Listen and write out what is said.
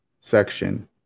section